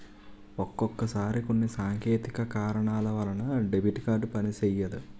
ఒక్కొక్కసారి కొన్ని సాంకేతిక కారణాల వలన డెబిట్ కార్డు పనిసెయ్యదు